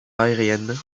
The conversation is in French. aérienne